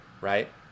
right